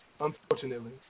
unfortunately